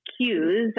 cues